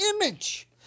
image